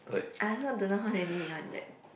I also don't know how many you want th~